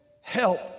help